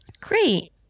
great